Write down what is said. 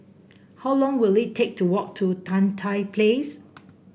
how long will it take to walk to Tan Tye Place